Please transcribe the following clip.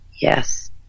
Yes